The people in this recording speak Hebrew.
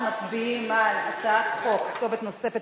אנחנו מצביעים על הצעת חוק כתובת נוספת